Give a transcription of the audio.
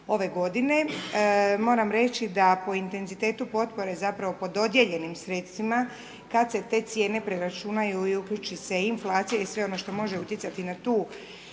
ove godine, moram reći da po intenzitetu potpore zapravo po dodijeljenim sredstvima, kad se te cijene preračunaju i uključi se inflacija i sve ono što može utjecati na tu